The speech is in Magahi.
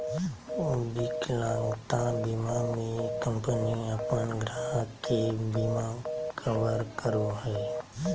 विकलांगता बीमा में कंपनी अपन ग्राहक के बिमा कवर करो हइ